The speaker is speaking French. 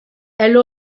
elle